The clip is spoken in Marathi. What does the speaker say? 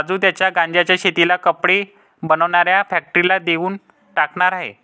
राजू त्याच्या गांज्याच्या शेतीला कपडे बनवणाऱ्या फॅक्टरीला देऊन टाकणार आहे